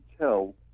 tell